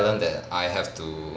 talent that I have to